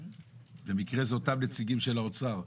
במקרה זה אותם נציגים של האוצר.